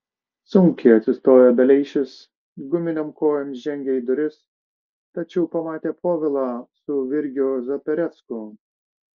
sunkiai atsistojo beleišis guminėm kojom žengė į duris tačiau pamatė povilą su virgiu zaperecku